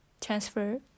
transfer